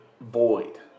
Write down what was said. void